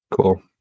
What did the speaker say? Cool